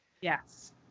Yes